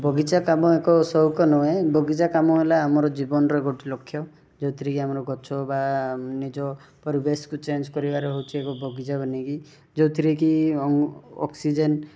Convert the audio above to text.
ବଗିଚା କାମ ଏକ ସଉକ ନୁହେଁ ବଗିଚା କାମ ହେଲା ଆମ ଜୀବନର ଗୋଟେ ଲକ୍ଷ୍ୟ ଯେଉଁଥିରେ କି ଆମର ଗଛ ବା ନିଜ ପରିବେଶକୁ ଚେଞ୍ଜ କରିବାର ହେଉଛି ଏକ ବଗିଚା ବନେଇକି ଯେଉଁଥିରେ କି ଅକ୍ସିଜେନ୍